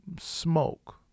smoke